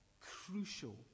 crucial